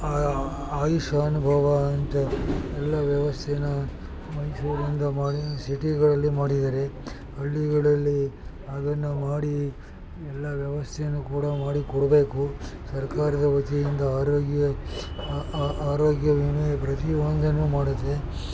ಆ ಆಯುಷ್ಮಾನ್ ಭವ ಅಂತೆ ಎಲ್ಲ ವ್ಯವಸ್ಥೆನ ಮೈಸೂರಿಂದ ಮ ಸಿಟಿಗಳಲ್ಲಿ ಮಾಡಿದರೆ ಹಳ್ಳಿಗಳಲ್ಲಿ ಅದನ್ನು ಮಾಡಿ ಎಲ್ಲ ವ್ಯವಸ್ಥೆಯನ್ನು ಕೂಡ ಮಾಡಿ ಕೊಡಬೇಕು ಸರ್ಕಾರದ ವತಿಯಿಂದ ಆರೋಗ್ಯ ಆರೋಗ್ಯ ವಿಮೆ ಪ್ರತಿ ಒಂದನ್ನು ಮಾಡುತ್ತೆ